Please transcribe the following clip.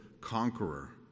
conqueror